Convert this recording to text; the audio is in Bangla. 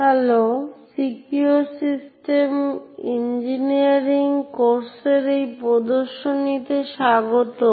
হ্যালো সিকিউর সিস্টেম ইঞ্জিনিয়ারিং কোর্সের এই বক্তৃতায় স্বাগতম